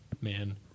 man